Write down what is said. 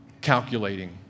calculating